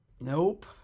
Nope